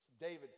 David